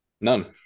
None